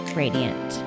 radiant